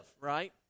right